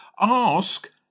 ask